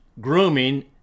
grooming